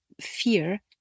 fear